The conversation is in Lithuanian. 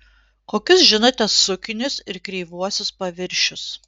kokius žinote sukinius ir kreivuosius paviršius